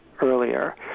earlier